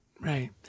Right